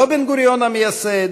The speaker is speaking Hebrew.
לא בן-גוריון המייסד,